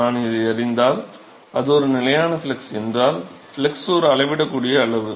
நான் இதை அறிந்திருந்தால் அது ஒரு நிலையான ஃப்ளக்ஸ் என்றால் ஃப்ளக்ஸ் ஒரு அளவிடக்கூடிய அளவு